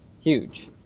huge